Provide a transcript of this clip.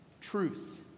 truth